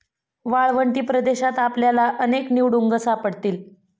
वाळवंटी प्रदेशात आपल्याला अनेक निवडुंग सापडतील